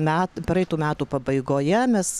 met praeitų metų pabaigoje mes